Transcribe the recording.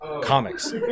comics